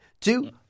two